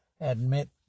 admit